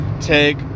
take